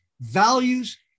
values